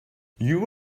you